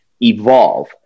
evolve